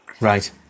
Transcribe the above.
Right